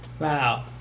Wow